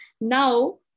Now